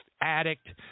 addict